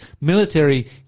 military